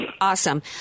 Awesome